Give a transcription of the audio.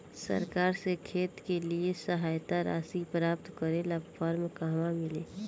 सरकार से खेत के लिए सहायता राशि प्राप्त करे ला फार्म कहवा मिली?